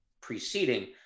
preceding